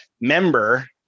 member